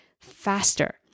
faster